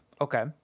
Okay